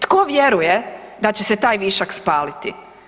Tko vjeruje da će se taj višak spaliti?